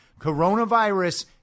Coronavirus